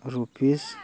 rupees